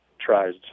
tries